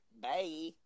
Bye